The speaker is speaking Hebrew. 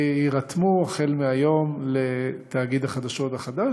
ויירתמו החל מהיום לתאגיד החדשות החדש